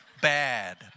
Bad